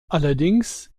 allerdings